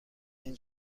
این